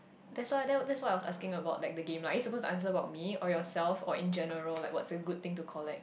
that's why that that's what I was asking about like the game lah are you supposed to answer about me or yourself or in general like what's a good thing to collect